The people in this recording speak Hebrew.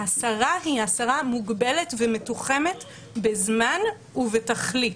ההסרה היא הסרה מוגבלת ומתוחמת בזמן ובתכלית.